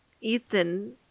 Ethan